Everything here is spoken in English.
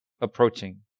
approaching